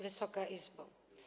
Wysoka Izbo!